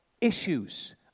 issues